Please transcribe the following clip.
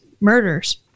murders